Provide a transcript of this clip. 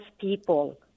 people